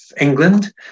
England